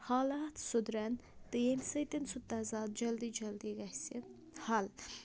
حالات سُدرَن تہٕ ییٚمہِ سۭتۍ سُہ تضاد جلدی جلدی گَژھِ حل